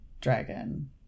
dragon